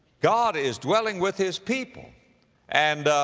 god is dwelling with his people and,